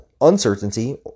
uncertainty